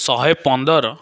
ଶହେ ପନ୍ଦର